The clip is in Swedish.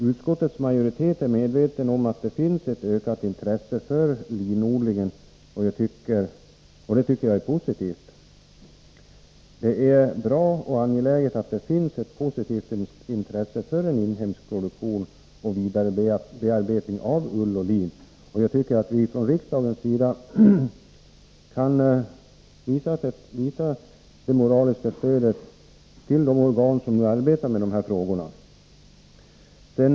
Utskottets majoritet är medveten om att det finns ett ökat intresse för linodling, och jag tycker också att det är positivt. Det är bra att det finns intresse för inhemsk produktion och vidarebearbetning av ull och lin, och jag tycker att vi från riksdagen bör ge de organ som arbetar med dessa frågor ett moraliskt stöd.